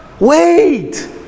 Wait